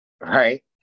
right